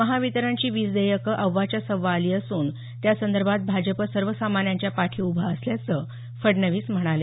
महावितरणची वीज देयकं अव्वाच्या सव्वा आली असून त्यासंदर्भात भाजप सर्वसामान्यांच्या पाठीशी उभा असल्याचं फडणवीस म्हणाले